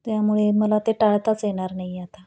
त्यामुळे मला ते टाळताच येणार नाही आता